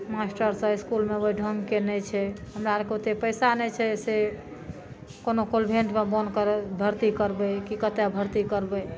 master सब इसकुलमे ओहि ढंगके नहि छै हमरा आरके ओतेक पैसा नहि छै से कोनो कोल्भेंटमे बन करऽ भर्ती करबै की कतए भर्ती करबै